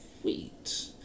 Sweet